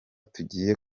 tugiye